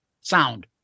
Sound